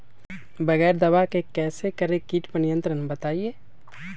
बगैर दवा के कैसे करें कीट पर नियंत्रण बताइए?